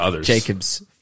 Jacob's